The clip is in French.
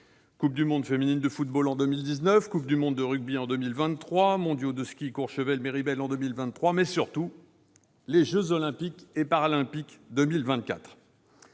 Coupe du monde féminine de football en 2019, Coupe du monde de rugby en 2023, Mondiaux de ski à Courchevel-Méribel en 2023, mais, surtout, jeux Olympiques et Paralympiques de 2024.